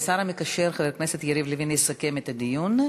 השר המקשר חבר הכנסת יריב לוין יסכם את הדיון.